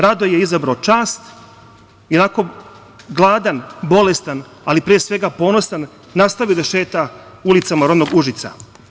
Radoje je izabrao čast i gladan, bolestan, ali pre svega ponosan nastavio je da šeta ulicama rodnog Užica.